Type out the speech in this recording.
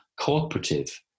cooperative